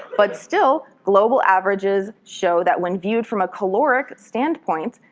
but still global averages show that when viewed from a caloric standpoint,